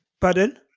Pardon